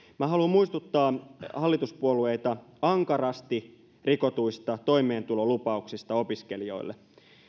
haluan muistuttaa hallituspuolueita ankarasti rikotuista toimeentulolupauksista opiskelijoille